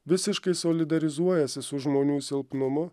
visiškai solidarizuojasi su žmonių silpnumu